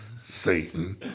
Satan